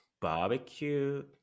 barbecue